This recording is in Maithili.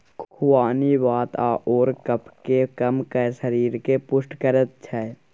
खुबानी वात आओर कफकेँ कम कए शरीरकेँ पुष्ट करैत छै